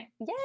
Yay